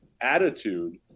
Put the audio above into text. attitude